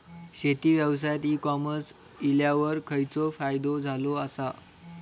शेती व्यवसायात e commerce इल्यावर खयचो फायदो झालो आसा?